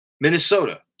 Minnesota